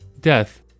death